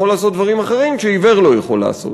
לעשות דברים אחרים שעיוור לא יכול לעשות.